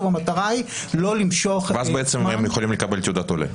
המטרה היא לא למשוך --- ואז הם יכולים לקבל תעודת עולה.